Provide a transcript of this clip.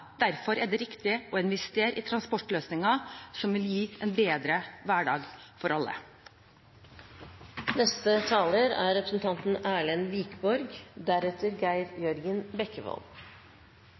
derfor er det viktig å investere i transportløsninger som vil gi en bedre hverdag for